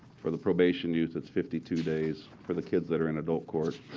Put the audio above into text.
for the probation youth, it's fifty two days. for the kids that are in adult court,